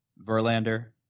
Verlander